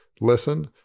listen